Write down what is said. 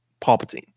Palpatine